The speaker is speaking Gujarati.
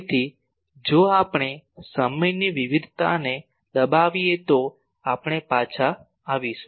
તેથી જો આપણે સમયની વિવિધતાને દબાવીએ તો આપણે પાછા આવીશું